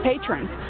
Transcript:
patrons